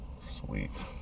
Sweet